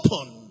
open